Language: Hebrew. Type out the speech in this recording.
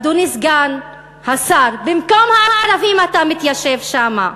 אדוני סגן השר, במקום הערבים אתה מתיישב שם.